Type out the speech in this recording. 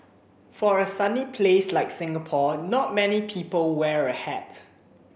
for a sunny place like Singapore not many people wear a hat